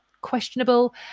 questionable